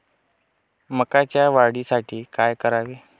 मकाच्या वाढीसाठी काय करावे?